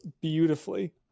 beautifully